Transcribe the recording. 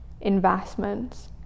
investments